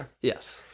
Yes